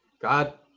God